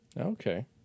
Okay